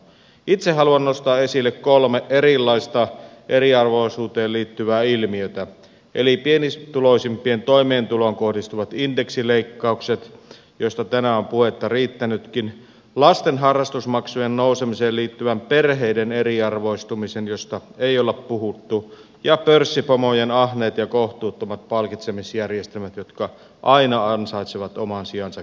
itse haluan nostaa esille kolme erilaista eriarvoisuuteen liittyvää ilmiötä eli pienituloisimpien toimeentuloon kohdistuvat indeksileikkaukset joista tänään on puhetta riittänytkin lasten harrastusmaksujen nousemiseen liittyvän perheiden eriarvoistumisen josta ei olla puhuttu ja pörssipomojen ahneet ja kohtuuttomat palkitsemisjärjestelmät jotka aina ansaitsevat oman sijansa keskus telussa